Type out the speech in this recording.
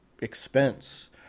expense